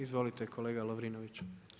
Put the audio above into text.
Izvolite kolega Lovrinović.